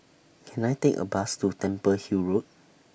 Can I Take A Bus to Temple Hill Road